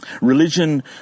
Religion